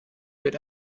wird